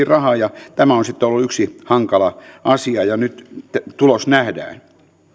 rahaa ja tämä on sitten ollut yksi hankala asia ja nyt tulos nähdään